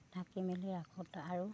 থাকি মেলি ৰাখোঁ আৰু